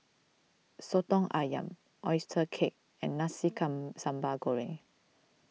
Soto Ayam Oyster Cake and Nasi Come Sambal Goreng